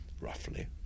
roughly